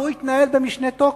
והוא יתנהל במשנה תוקף,